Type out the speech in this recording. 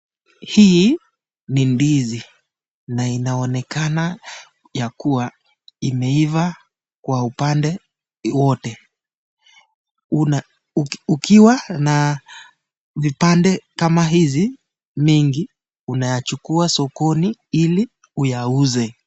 Hii ni ndizi ,na inaonekana ya kuwa imeiva kwa upande wote .Ukiwa na vipande kama hizi mingi unayashukua sokoni ili uyauze.